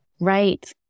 Right